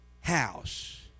house